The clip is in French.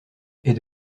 est